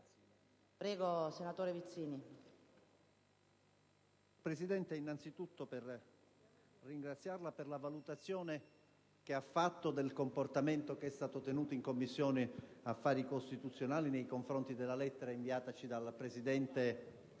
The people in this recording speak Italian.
intervengo innanzi tutto per ringraziarla per la valutazione che ha testé espresso del comportamento tenuto in Commissione affari costituzionali nei confronti della lettera inviataci dal Presidente